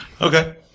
Okay